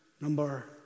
number